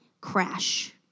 crash